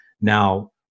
Now